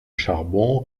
charbon